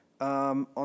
on